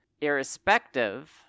irrespective